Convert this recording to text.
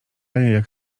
pan